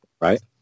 right